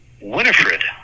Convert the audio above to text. Winifred